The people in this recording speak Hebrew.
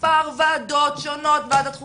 מספר ועדות שונות: ועדת חוקה,